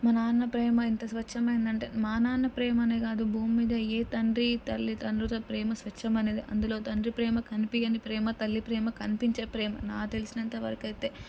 మా నాన్న ప్రేమ ఎంత స్వచ్చామైంది అంటే మా నాన్న ప్రేమ అనే కాదు భూమి మీద ఏ తండ్రి తల్లిదండ్రుల ప్రేమ స్వచ్ఛమైనది అందులో తండ్రి ప్రేమ కనిపించని ప్రేమ తల్లి ప్రేమ కనిపించే ప్రేమ నాకు తెలిసినంత వరకైతే